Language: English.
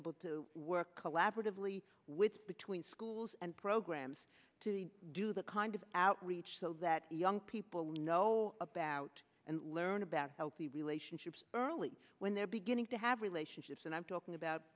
able to work collaboratively with between schools and programs to do that kind of outreach so that young people know about and learn about healthy relationships early when they're beginning to have relationships and i'm talking about